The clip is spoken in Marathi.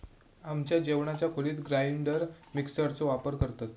आमच्या जेवणाच्या खोलीत ग्राइंडर मिक्सर चो वापर करतत